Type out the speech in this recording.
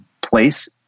place